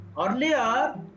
Earlier